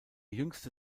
jüngste